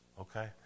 okay